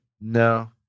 No